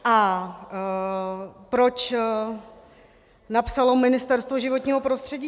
A proč napsalo Ministerstvo životního prostředí?